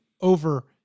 over